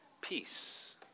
peace